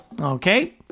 Okay